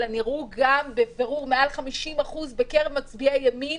אלא נראו בבירור גם במעל 50% מקרב מצביעי הימין,